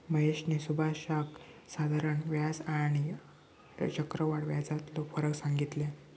महेशने सुभाषका साधारण व्याज आणि आणि चक्रव्याढ व्याजातलो फरक सांगितल्यान